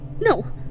No